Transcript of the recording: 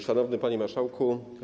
Szanowny Panie Marszałku!